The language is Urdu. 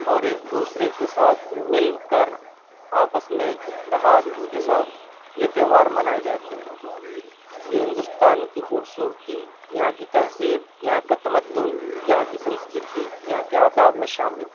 اور ایک دوسرے کے ساتھ مل کر آپس میں اتحاد کے ساتھ یہ تیوہار منائے جاتے ہیں یہ ہندوستان کی خوبصورتی یہاں کی تہذیب یہاں کا تمدن یہاں کی سسنکرتی یہاں کے آداب میں شامل ہے